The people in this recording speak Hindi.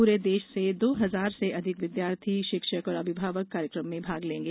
पूरे देश से दो हजार से अधिक विद्यार्थी शिक्षक और अभिभावक कार्यक्रम में भाग लेंगे